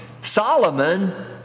Solomon